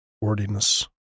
Wordiness